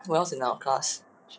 who else in our class